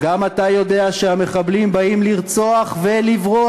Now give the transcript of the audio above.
גם אתה יודע שהמחבלים באים לרצוח ולברוח.